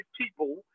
people